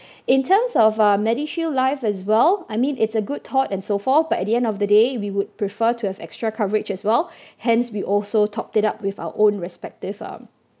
in terms of uh MediShield life as well I mean it's a good thought and so forth but at the end of the day we would prefer to have extra coverage as well hence we also topped it up with our own respective um